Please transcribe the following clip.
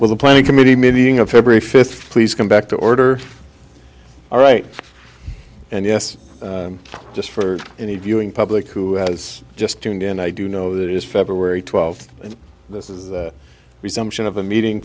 with the planning committee meeting of february fifth please come back to order all right and yes just for any viewing public who has just tuned in i do know that it is february twelfth this is the resumption of a meeting